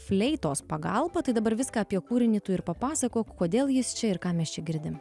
fleitos pagalba tai dabar viską apie kūrinį tu ir papasakok kodėl jis čia ir ką mes čia girdim